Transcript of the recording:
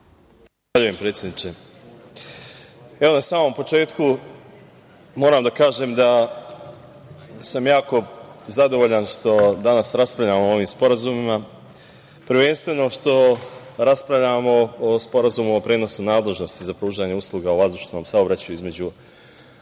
Zahvaljujem, predsedniče. Evo, na samom početku, moram da kažem da sam jako zadovoljan što danas raspravljamo o ovim sporazumima, prvenstveno što raspravljamo o Sporazumu o prenosu nadležnosti za pružanje usluga u vazdušnom saobraćaju između